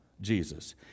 Jesus